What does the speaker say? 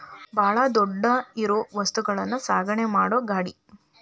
ಬಾಳ ದೊಡ್ಡ ಇರು ವಸ್ತುಗಳನ್ನು ಸಾಗಣೆ ಮಾಡು ಗಾಡಿ